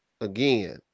again